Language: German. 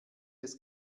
des